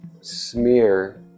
smear